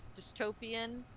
dystopian